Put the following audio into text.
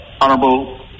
Honorable